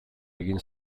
egin